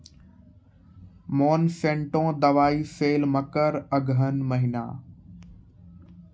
Monsanto दवाई sale मकर अघन महीना,